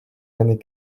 années